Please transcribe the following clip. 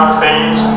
stage